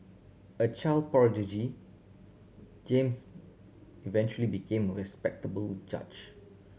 a child prodigy James eventually became respectable judge